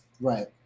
Right